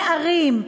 נערים,